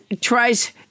tries